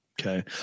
Okay